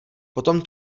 potom